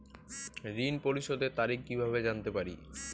ঋণ পরিশোধের তারিখ কিভাবে জানতে পারি?